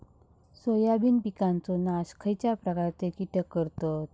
Soybean पिकांचो नाश खयच्या प्रकारचे कीटक करतत?